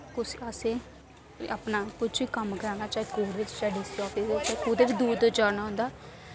कुस असें कोई अपना कुछ बी कम्म कराना चाहे कोर्ट बिच चाहे डीसी आफिस बिच कुतै बी दूर दूर जाना होंदा